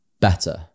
better